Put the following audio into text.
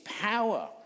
power